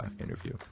interview